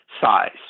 size